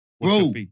Bro